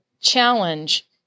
challenge